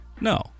No